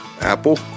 Apple